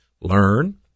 learn